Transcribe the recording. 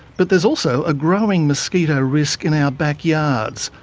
but there's also a growing mosquito risk in our backyards,